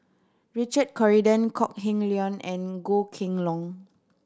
Richard Corridon Kok Heng Leun and Goh Kheng Long